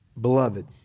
Beloved